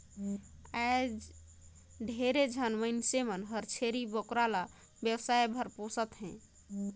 आयज ढेरे झन मइनसे मन हर छेरी बोकरा ल बेवसाय बर पोसत हें